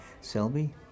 Selby